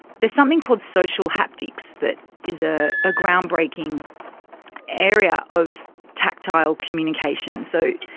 there's something called social haptics that is a, a ground-breaking area of tactile communication. so,